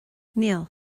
níl